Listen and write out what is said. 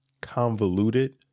convoluted